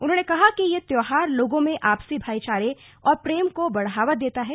उन्होंने कहा कि यह त्यौहार लोगों में आपसी भाईचारे और प्रेम को बढ़ावा देता है